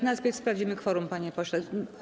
Najpierw sprawdzimy kworum, panie pośle.